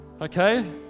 okay